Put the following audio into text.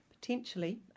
potentially